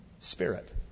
spirit